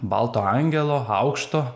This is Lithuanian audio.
balto angelo aukšto